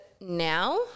now